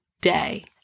day